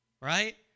right